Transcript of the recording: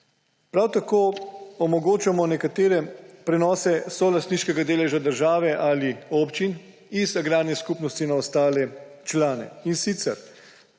Prav tako omogočamo nekatere prenose solastniškega deleža države ali občin iz agrarne skupnosti na ostale člane, in sicer